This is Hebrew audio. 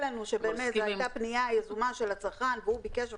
אם העוסק יוכיח ויראה לנו שזו הייתה פנייה יזומה של הצרכן והוא ביקש,